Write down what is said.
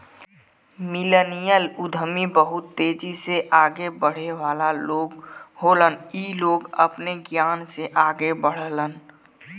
millennial उद्यमी बहुत तेजी से आगे बढ़े वाला लोग होलन इ लोग अपने ज्ञान से आगे बढ़लन